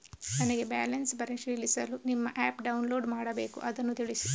ನನಗೆ ಬ್ಯಾಲೆನ್ಸ್ ಪರಿಶೀಲಿಸಲು ನಿಮ್ಮ ಆ್ಯಪ್ ಡೌನ್ಲೋಡ್ ಮಾಡಬೇಕು ಅದನ್ನು ತಿಳಿಸಿ?